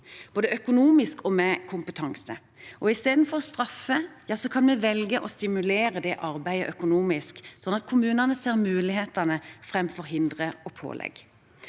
både økonomisk og med kompetanse. Istedenfor å straffe kan vi velge å stimulere arbeidet økonomisk, sånn at kommunene ser mulighetene framfor hindre og pålegg.